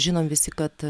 žinom visi kad